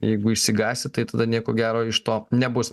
jeigu išsigąsi tai tada nieko gero iš to nebus